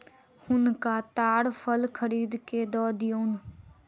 हुनका ताड़ फल खरीद के दअ दियौन